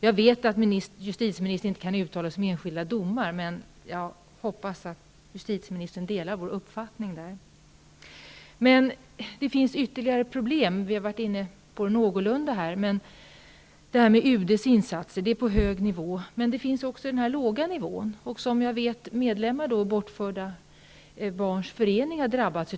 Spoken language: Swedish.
Jag vet att justitieministern inte kan uttala sig om enskilda domar, men jag hoppas ändå att justitieministern delar vår uppfattning i frågan. Det finns ytterligare problem. Vi har här till en del tagit upp dem. UD:s insatser sker på hög nivå, men det finns problem också på låg nivå, som jag vet att medlemmar i Bortrövade barns förening har drabbats av.